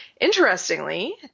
interestingly